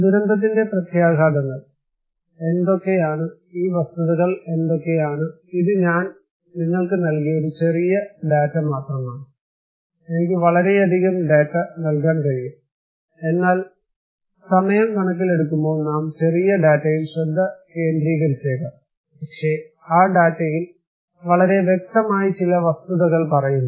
ദുരന്തത്തിന്റെ പ്രത്യാഘാതങ്ങൾ എന്തൊക്കെയാണ് ഈ വസ്തുതകൾ എന്തൊക്കെയാണ് ഇത് ഞാൻ നിങ്ങൾക്ക് നൽകിയ ഒരു ചെറിയ ഡാറ്റ മാത്രമാണ് എനിക്ക് വളരെയധികം ഡാറ്റ നൽകാൻ കഴിയും എന്നാൽ സമയം കണക്കിലെടുക്കുമ്പോൾ നാം ചെറിയ ഡാറ്റയിൽ ശ്രദ്ധ കേന്ദ്രീകരിച്ചേക്കാം പക്ഷേ ആ ഡാറ്റയിൽ വളരെ വ്യക്തമായി ചില വസ്തുതകൾ പറയുന്നു